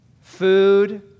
Food